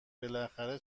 بالاخره